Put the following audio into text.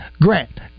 Grant